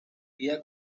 día